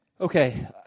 Okay